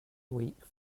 weak